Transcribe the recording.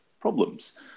problems